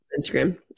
Instagram